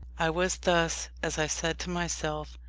i was thus, as i said to myself,